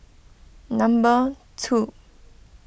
number two